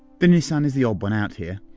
the nissan is the odd one out here.